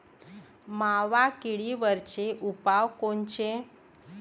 मावा किडीवरचे उपाव कोनचे?